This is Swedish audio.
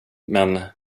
men